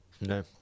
No